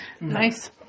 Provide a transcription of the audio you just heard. Nice